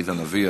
עליזה לביא,